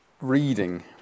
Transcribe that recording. reading